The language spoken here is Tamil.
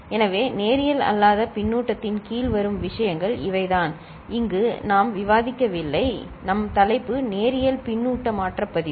எனவே நேரியல் அல்லாத பின்னூட்டத்தின் கீழ் வரும் விஷயங்கள் இவைதான் நாம் இங்கு விவாதிக்கவில்லை நம் தலைப்பு நேரியல் பின்னூட்ட மாற்ற பதிவு